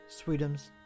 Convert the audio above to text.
Sweetums